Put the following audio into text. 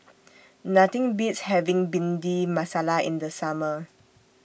Nothing Beats having Bhindi Masala in The Summer